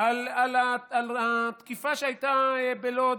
על התקיפה שהייתה בלוד,